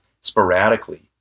sporadically